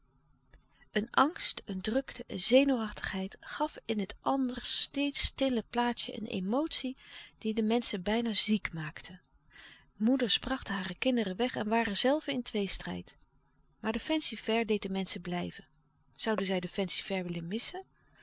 een angst een drukte een zenuwachtigheid gaf in het anders steeds stille plaatsje een emotie die de menschen bijna ziek maakte moeders brachten hare kinderen weg en waren zelve in tweestrijd maar de fancy-fair deed de menschen blijven zouden zij den fancy-fair willen missen